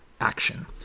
Action